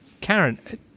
Karen